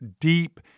deep